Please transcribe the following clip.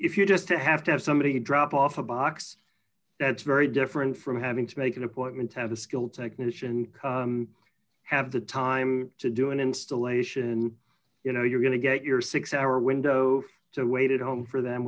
if you just have to have somebody drop off a box that's very different from having to make an appointment to have the skill technician have the time to do an installation and you know you're going to get your six hour window so wait at home for them